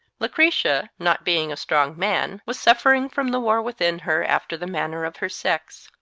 lucretia, not being a strong man, was suffering from the war within her after the manner of her sex,